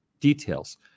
details